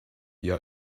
your